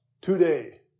today